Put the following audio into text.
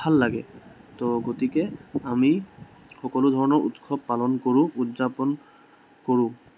ভাল লাগে তো গতিকে আমি সকলো ধৰণৰ উৎসৱ পালন কৰোঁ উদযাপন কৰোঁ